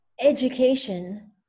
Education